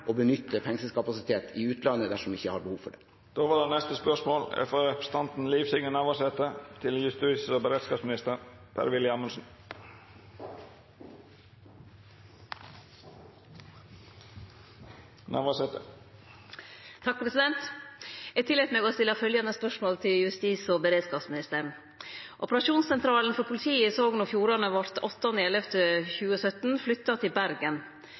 å benytte fengselskapasitet i utlandet dersom vi ikke har behov for det. Eg tillet meg å stille følgjande spørsmål til justis- og beredskapsministeren: «Operasjonssentralen for politiet i Sogn og Fjordane vart 8. november 2017 flytta til Bergen. Den nye organiseringa skulle gje innbyggjarane eit betre tilbod enn dei hadde då operasjonssentralen låg i